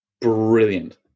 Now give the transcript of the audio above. brilliant